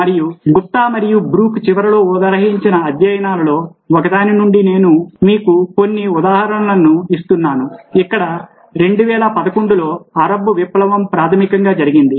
మరియు గుప్తా మరియు బ్రూక్ చివరిలో ఉదహరించిన అధ్యయనాలలో ఒకదాని నుండి మీకు కొన్ని ఉదాహరణలను నేను ఇస్తున్నాను ఇక్కడ 2011లో అరబ్ విప్లవం ప్రాథమికంగా జరిగింది